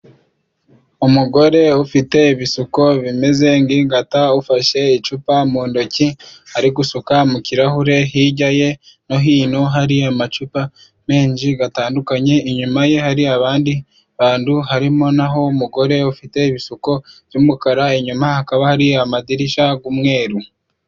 Umugore ufite ibisuko bimeze nk'ingata, ufashe icupa mu ntoki ari gusuka mu kirahure, hirya ye no hino hari amacupa menshi atandukanye, inyuma ye hari abandi bantu harimo naho umugore ufite ibisuko by'umukara inyuma hakaba hari amadirishya y'umweru.